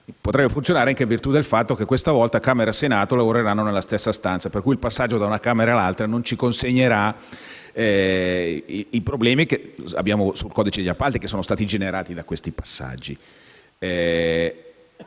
potrebbe funzionare anche in virtù del fatto che questa volta Camera e Senato lavoreranno nella stessa stanza, per cui il passaggio da un ramo all'altro non ci consegnerà i problemi che abbiamo sul codice degli appalti, che sono stati generati proprio dai vari passaggi.